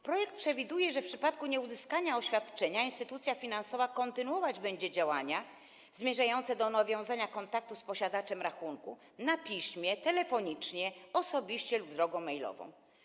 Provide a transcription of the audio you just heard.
Projekt przewiduje, że w przypadku nieuzyskania oświadczenia instytucja finansowa kontynuować będzie działania zmierzające do nawiązania kontaktu z posiadaczem rachunku na piśmie, telefonicznie, osobiście lub drogą mailową.